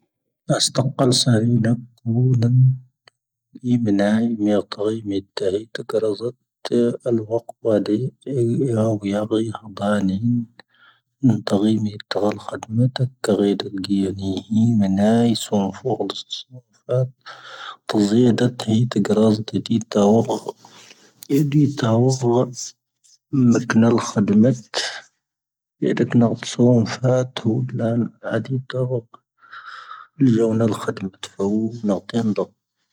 ⴰⵙⵜⵇⵍ ⵙⴰⵔⵢⵏⴽ ⵡⵇⵡⵍ ⴻⵏ ⴻⵢ ⴱⵏⴰⵄ ⵎⵢⵔⵟⵔⵢ ⵎⴷⵜⵜ ⵜⵊⵔⵣⵜ ⴰⵍⵡⵇⵡⵜ ⴷⵀ ⵢⵀⵡ ⵢⵖⵢⵀ ⴹⴰⵏⵢⵏ. ⵎⵏ ⵜⵖⵢⵢⵎ ⴻⵜⵔⴰ ⴰⵍⵅⴷⵎⵜ ⵜⵊⵔⴷ ⴰⵍⵊⵢⵏⵢ ⴻⵢ ⵎⵏⴰⵄ ⵙⵡⵏ ⴼⵡⵔⴷ ⴰⵍⵙⵡⵏ ⴼⴰⵜ. ⵜⴹⵢⴷⵜ ⴻⵢ ⵜⵊⵔⵣⵜ ⴷⵀ ⴷⵢ ⵜⴰⵅ. ⴻⴷⵢ ⵜⴰⵅ ⵎⴽⵏ ⴰⵍⵅⴷⵎⵜ ⴻⴷ ⴰⴽⵏ ⴰⵜⵚⵡⵀ ⴼⴰⵜⵀ ⵍⴰⵏ ⵄⴷⵢ ⵜⴰⵅ. ⵍⵢⵡⵏ ⴰⵍⵅⴷⵎⵜ ⵜⵇⵡⴰ ⵏⴰⴷⵢⴰⵏ ⴷⵀ.